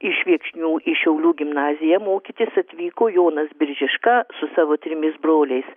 iš viekšnių į šiaulių gimnaziją mokytis atvyko jonas biržiška su savo trimis broliais